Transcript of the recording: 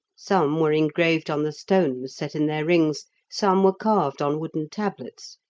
some were engraved on the stones set in their rings some were carved on wooden tablets,